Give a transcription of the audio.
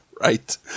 right